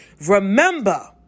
Remember